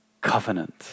covenant